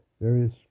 various